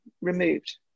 removed